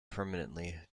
permanently